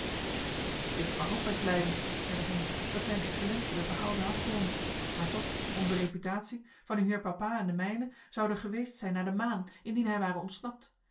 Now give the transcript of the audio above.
ik mag ook best lijden zeide heynsz dat zijne excellentie er behouden af kome maar toch onze reputatie van uw heer papa en de mijne zoude geweest zijn naar de maan indien hij ware ontsnapt